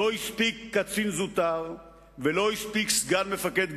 לא הספיק קצין זוטר ולא הספיק סגן מפקד גדוד,